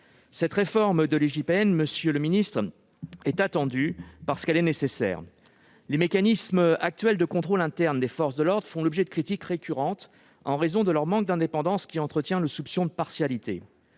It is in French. Cette réforme de l'IGPN est attendue, parce qu'elle est nécessaire. Les organes actuels de contrôle interne des forces de l'ordre font l'objet de critiques récurrentes en raison de leur manque d'indépendance, qui entretient le soupçon de partialité.